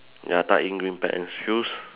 ya tuck in green pants shoes